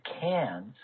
cans